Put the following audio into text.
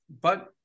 But-